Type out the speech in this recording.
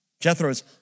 Jethro's